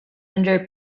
under